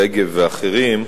רגב ואחרים,